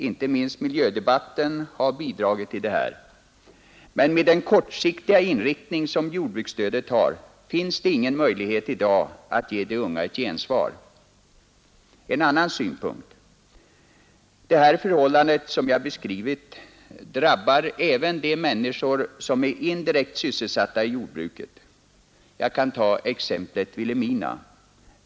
Inte minst miljödebatten har bidragit till det. Men med den kortsiktiga inriktning som jordbruksstödet har finns det numera ingen möjlighet att ge de unga ett gensvar. En annan synpunkt: Det förhållande som jag har beskrivit drabbar även de människor som är indirekt sysselsatta i jordbruket. Jag kan ta exemplet Vilhelmina.